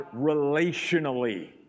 relationally